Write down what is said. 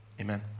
amen